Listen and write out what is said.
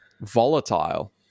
volatile